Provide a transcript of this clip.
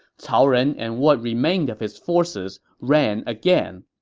cao ren and what remained of his forces ran again.